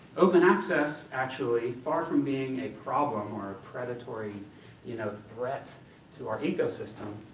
open access, actually, far from being a problem or a predatory you know threat to our ecosystem,